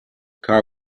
car